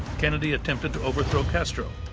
kennedy attempted to overthrow castro,